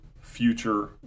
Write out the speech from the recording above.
future